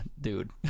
dude